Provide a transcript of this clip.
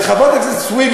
חברת הכנסת סויד,